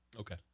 Okay